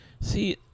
See